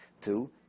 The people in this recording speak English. two